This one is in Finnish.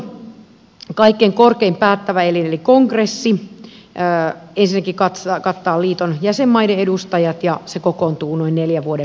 liiton kaikkein korkein päättävä elin eli kongressi ensinnäkin kattaa liiton jäsenmaiden edustajat ja kokoontuu noin neljän vuoden välein